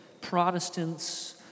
Protestants